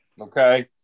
Okay